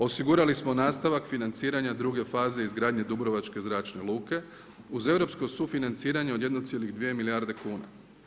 Osigurali smo nastavak financiranja druge faze izgradnje dubrovačke zračne luke, uz Europskog sufinanciranje od 1,2 milijarde kuna.